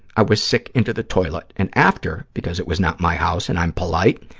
i was sick into the toilet, and after, because it was not my house and i'm polite,